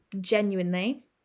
genuinely